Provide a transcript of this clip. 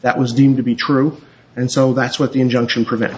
that was deemed to be true and so that's what the injunction prevent